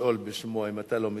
לשאול בשמו, אם אתה לא מתנגד.